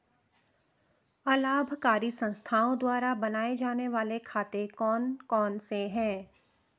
अलाभकारी संस्थाओं द्वारा बनाए जाने वाले खाते कौन कौनसे हैं?